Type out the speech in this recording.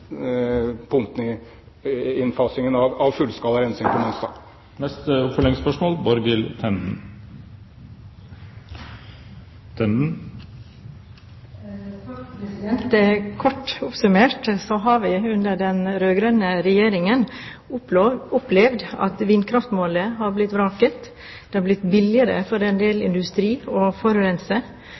punktene i innfasingen av fullskala rensing på Mongstad. Borghild Tenden – til oppfølgingsspørsmål. Kort oppsummert: Vi har under den rød-grønne regjeringen opplevd at vindkraftmålet har blitt vraket. Det har blitt billigere for en del industri å forurense.